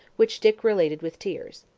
which dick related with tears.